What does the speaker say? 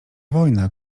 wojna